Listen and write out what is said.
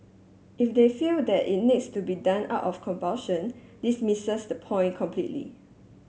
if they feel that it needs to be done out of compulsion this misses the point completely